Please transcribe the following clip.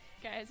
Guys